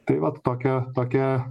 tai vat tokia tokia